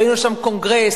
ראינו שם קונגרס,